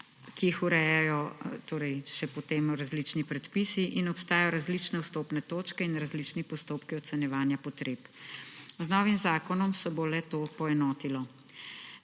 ki jih urejajo potem še različni predpisi in obstajajo različne vstopne točke in različni postopki ocenjevanja potreb. Z novim zakonom se bo le-to poenotilo.